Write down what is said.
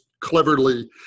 cleverly